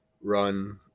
run